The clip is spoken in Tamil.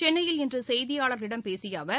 சென்னையில் இன்றுசெய்தியாளர்களிடம் பேசியஅவர்